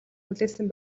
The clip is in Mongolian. хүлээсэн